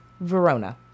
Verona